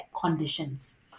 conditions